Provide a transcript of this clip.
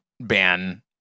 ban